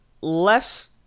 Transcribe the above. less